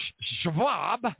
Schwab